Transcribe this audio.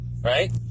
right